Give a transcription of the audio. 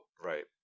Right